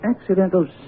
accidental